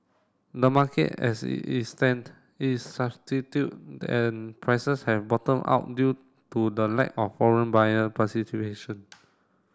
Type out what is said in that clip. the market as it stand is substitute and prices have bottomed out due to the lack of foreign buyer